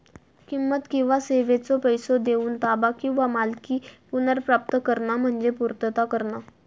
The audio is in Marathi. किंमत किंवा सेवेचो पैसो देऊन ताबा किंवा मालकी पुनर्प्राप्त करणा म्हणजे पूर्तता करणा